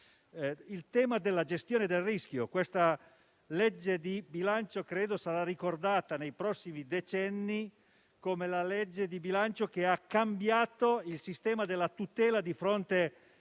al tema della gestione del rischio, credo che questa legge di bilancio sarà ricordata nei prossimi decenni come quella che ha cambiato il sistema della tutela di fronte